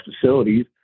facilities